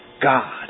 God